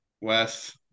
Wes